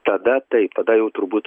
tada taip tada jau turbūt